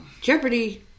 Jeopardy